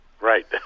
Right